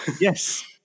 Yes